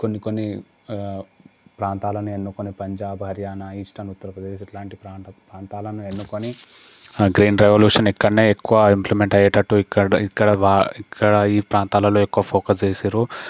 కొన్ని కొన్ని ప్రాంతాలను ఎన్నుకొని పంజాబ్ హర్యానా ఈస్టర్న్ ఉత్తర ప్రదేశ్ ఇట్లాంటి ప్రాంతం ప్రాంతాలను ఎన్నుకొని ఆ గ్రీన్ రెవల్యూషన్ ఇక్కడనే ఎక్కువ ఇంప్లిమెంట్ అయ్యేటట్టు ఇక్కడ ఇక్కడ ఇక్కడ ఈ ప్రాంతాలలో ఎక్కువ ఫోకస్ చేసిర్రు